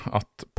att